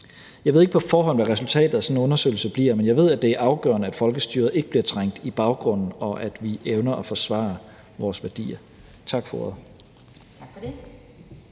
Jeg ved ikke på forhånd, hvad resultatet af sådan en undersøgelse bliver, men jeg ved, at det er afgørende, at folkestyret ikke bliver trængt i baggrunden, og at vi evner at forsvare vores værdier. Tak for ordet.